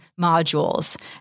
modules